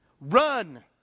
Run